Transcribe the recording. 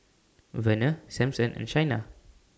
Verner Sampson and Shaina